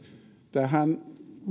tähän